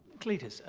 cletus,